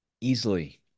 easily